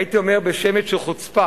הייתי אומר, בשמץ של חוצפה,